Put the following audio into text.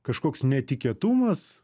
kažkoks netikėtumas